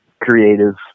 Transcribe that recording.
creative